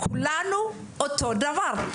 כולנו אותו הדבר.